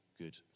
good